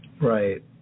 Right